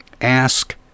ask